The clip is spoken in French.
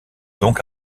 donc